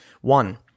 One